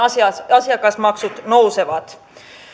asiakasmaksut nousevat